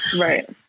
Right